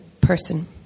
person